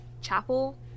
Chapel